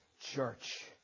church